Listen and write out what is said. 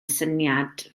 syniad